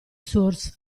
source